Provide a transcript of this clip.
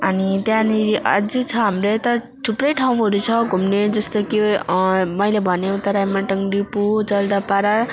अनि त्यहाँनेरि अझ छ हाम्रो यता थुप्रै ठाउँहरू छ घुम्ने जस्तो कि मैले भने त राइमाटाङ डिपो जलदापाडा